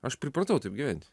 aš pripratau taip gyventi